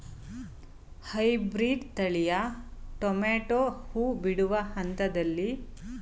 Hybrid ತಳಿಯ tomato ಹೂ ಬಿಡುವ ಹಂತದಲ್ಲಿ ಅನುಸರಿಸಬೇಕಾದ ಮುಖ್ಯ ಕ್ರಮಗಳು ಯಾವುವು?